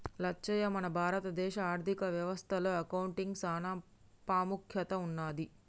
లచ్చయ్య మన భారత దేశ ఆర్థిక వ్యవస్థ లో అకౌంటిగ్కి సాన పాముఖ్యత ఉన్నది